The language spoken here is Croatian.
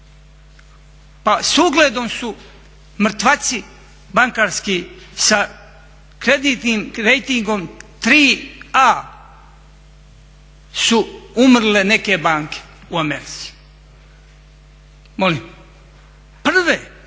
Pa s ugledom su mrtvaci bankarski sa kreditnim rejtingom 3a su umrle neke banke u Americi. Prve, prve.